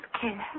care